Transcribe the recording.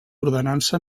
ordenança